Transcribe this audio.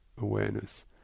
awareness